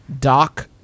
doc